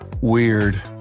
Weird